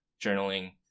journaling